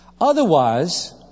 Otherwise